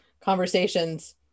conversations